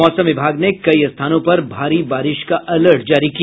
मौसम विभाग ने कई स्थानों पर भारी बारिश का अलर्ट जारी किया